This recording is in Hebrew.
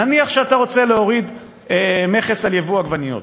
נניח שאתה רוצה להוריד מכס על יבוא עגבניות,